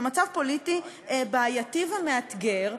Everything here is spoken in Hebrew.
ומצב פוליטי בעייתי ומאתגר.